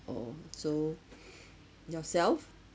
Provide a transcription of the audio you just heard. oh so yourself